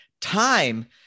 Time